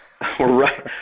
Right